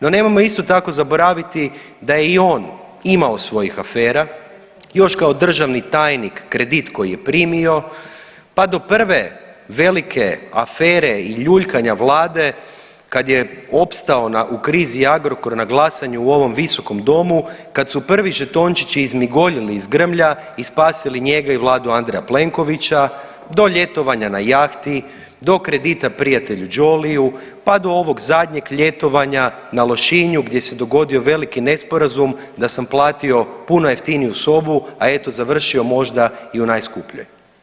No, nemojmo isto tako zaboraviti da je i on imao svojih afera još kao državni tajnik kredit koji je primio pa do prve velike afere i ljuljkanja vlade kad je opstao u krizi Agrokor na glasanju u ovom visokom domu, kad su prvi žetončići izmigoljili iz grmlja i spasili njega i vladu Andreja Plenkovića, do ljetovanja na jahti, do kredita prijatelju Jolly pa do ovog zadnjeg ljetovanja na Lošinju gdje se dogodio veliki nesporazum da sam platio puno jeftiniju sobu, a eto završio možda i u najskupljoj.